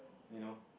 you know